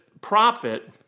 profit